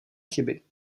chyby